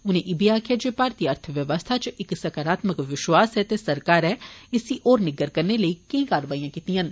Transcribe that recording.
उनें इब्बी आक्खेया जे भारती अर्थव्यवस्था च इक सकारात्मक विश्वास ऐ ते सरकारै इसी होर निग्गर करने लेई केंई कारवाइयां कीतियां न